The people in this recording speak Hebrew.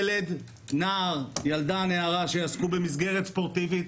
ילד, נער, ילדה, נערה, שיעסקו במסגרת ספורטיבית